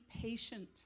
patient